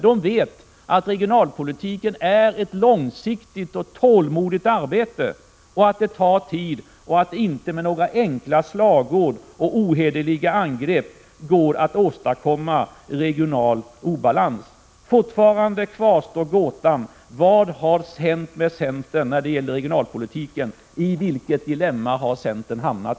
De vet att regionalpolitiken kräver ett långsiktigt och tålmodigt arbete, att det tar tid, och att det inte med några enkla slagord och ohederliga angrepp går att komma till rätta med den regionala obalansen. Fortfarande kvarstår gåtan: Vad har hänt med centern när det gäller regionalpolitiken? I vilket dilemma har centern hamnat?